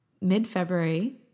mid-February